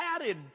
added